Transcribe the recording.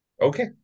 Okay